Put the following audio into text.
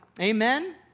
Amen